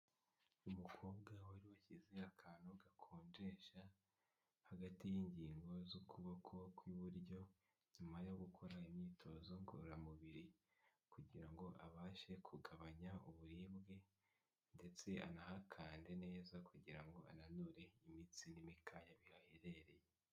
Umukobwa wari washyize akantu gakonjesha hagati y'ingingo z'ukuboko kw'iburyo nyuma yo gukora imyitozo ngororamubiri kugira ngo abashe kugabanya uburibwe ndetse anahakande neza kugira ngo ananure imitsi n'imikaya biherereye.